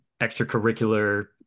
extracurricular